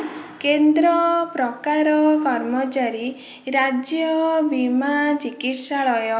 କେନ୍ଦ୍ର ପ୍ରକାର କର୍ମଚାରୀ ରାଜ୍ୟ ବୀମା ଚିକିତ୍ସାଳୟ